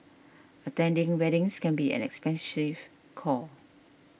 attending weddings can be an expensive core